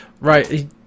right